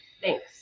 Thanks